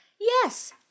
Yes